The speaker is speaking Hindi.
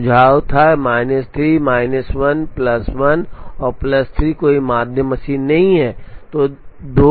तो सुझाव था माइनस 3 माइनस 1 प्लस 1 और प्लस 3 कोई मध्य मशीन नहीं है